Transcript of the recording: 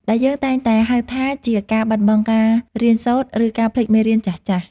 ដែលយើងតែងតែហៅថាជាការបាត់បង់ការរៀនសូត្រ ឬការភ្លេចមេរៀនចាស់ៗ។